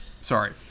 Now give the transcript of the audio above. sorry